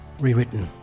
Rewritten